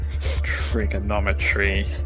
trigonometry